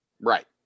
Right